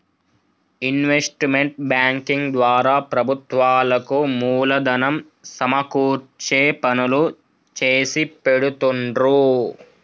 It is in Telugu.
ఇన్వెస్ట్మెంట్ బ్యేంకింగ్ ద్వారా ప్రభుత్వాలకు మూలధనం సమకూర్చే పనులు చేసిపెడుతుండ్రు